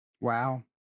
Wow